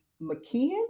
McKeon